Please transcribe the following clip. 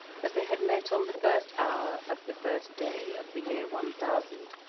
as they had met on the first hour of the first day of the year one thousand,